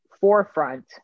forefront